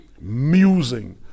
musing